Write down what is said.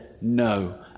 no